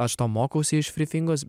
aš to mokausi iš frifingos